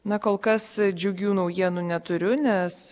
na kol kas džiugių naujienų neturiu nes